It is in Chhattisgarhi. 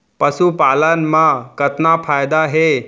पशुपालन मा कतना फायदा हे?